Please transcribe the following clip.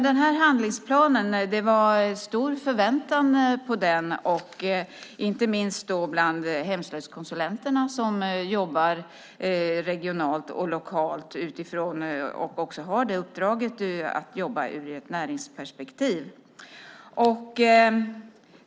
Det var stor förväntan på handlingsplanen, inte minst bland hemslöjdskonsulenterna som jobbar regionalt och lokalt och har uppdraget att jobba i ett näringsperspektiv.